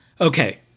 Okay